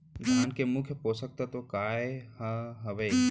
धान के मुख्य पोसक तत्व काय हर हावे?